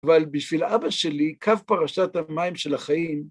אבל בשביל אבא שלי, קו פרשת המים של החיים,